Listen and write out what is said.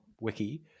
wiki